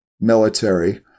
military